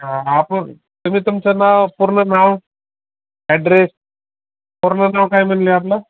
हां आपण तुम्ही तुमचं नाव पूर्ण नाव ॲड्रेस पूर्ण नाव काय म्हणले आपलं